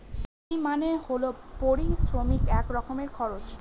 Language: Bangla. ফি মানে হল পারিশ্রমিক এক রকমের খরচ